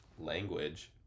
Language